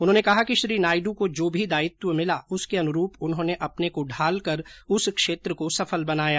उन्होंने कहा कि श्री नायड को जो भी दायित्व मिला उसके अनुरूप उन्होंने अपने को ढालकर उस क्षेत्र को सफल बनाया